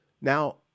Now